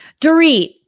Dorit